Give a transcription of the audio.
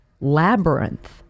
labyrinth